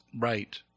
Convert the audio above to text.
right